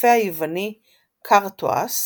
הרופא היווני קרטואס